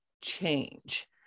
change